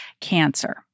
cancer